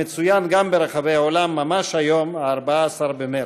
המצוין גם ברחבי העולם ממש היום, 14 במרס.